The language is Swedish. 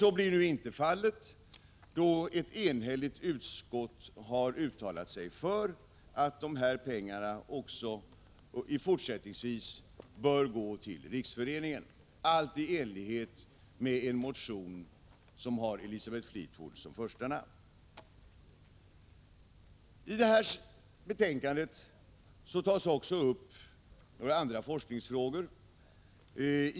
Så blir nu inte fallet då ett enhälligt utskott har uttalat sig för att dessa pengar också i fortsättningen bör gå till Riksföreningen mot cancer, allt i enlighet med en motion som har Elisabeth Fleetwood som första namn. I detta betänkande tas även några andra forskningsfrågor upp.